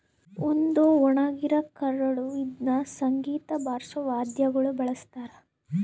ಒಂದು ಒಣಗಿರ ಕರಳು ಇದ್ನ ಸಂಗೀತ ಬಾರ್ಸೋ ವಾದ್ಯಗುಳ ಬಳಸ್ತಾರ